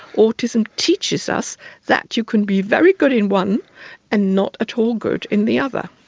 autism teaches us that you can be very good in one and not at all good in the other.